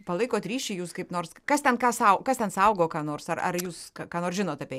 palaikot ryšį jūs kaip nors kas ten ką sau kas ten saugo ką nors ir ar ar jūs ką nors žinot apėj